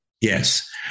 Yes